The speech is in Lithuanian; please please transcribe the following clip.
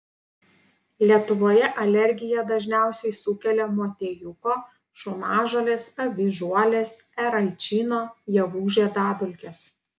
lietuvoje alergiją dažniausiai sukelia motiejuko šunažolės avižuolės eraičino javų žiedadulkės